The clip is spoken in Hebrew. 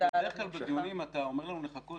בדרך כלל בדיונים אתה אומר לנו לחכות